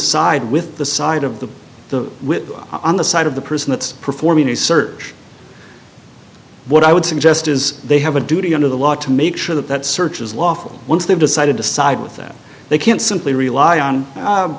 side with the side of the the with on the side of the person that's performing the search what i would suggest is they have a duty under the law to make sure that that search is lawful once they've decided to side with that they can't simply rely on